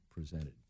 presented